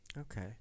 Okay